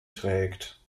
trägt